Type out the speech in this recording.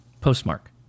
postmark